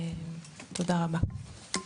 תודה רבה.